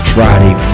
Friday